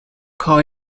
call